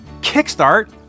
kickstart